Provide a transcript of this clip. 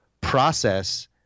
process